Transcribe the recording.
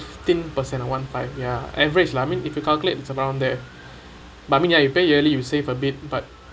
fifteen percent one five ya average lah I mean if you calculate its around there but I mean ya you pay yearly you save a bit but